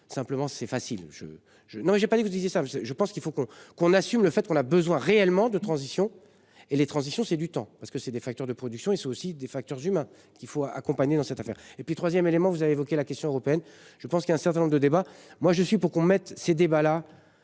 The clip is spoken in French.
simplement, c'est facile, je, je, non j'ai pas dit que vous disiez ça, parce que je pense qu'il faut qu'on qu'on assume le fait qu'on a besoin réellement de transition et les transitions c'est du temps parce que c'est des facteurs de production et c'est aussi des facteurs humains qu'il faut accompagner dans cette affaire et puis 3ème élément. Vous avez évoqué la question européenne. Je pense qu'il y a un certain nombre de débats. Moi je suis pour qu'on mette ces débats-là,